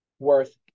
Worth